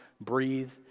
breathe